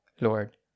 Lord